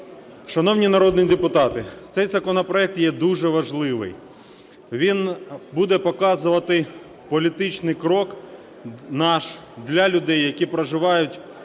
Шановні народні депутати, цей законопроект є дуже важливий. Він буде показувати політичний крок наш для людей, які проживають